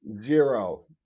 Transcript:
Zero